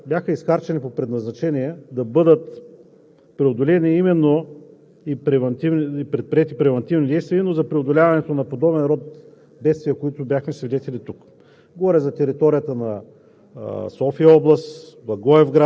Въпросът ми е: каква част от тези средства бяха изхарчени по предназначение да бъдат преодолени и предприети превантивни действия именно за преодоляването на подобен род бедствия, на които бяхме свидетели тук?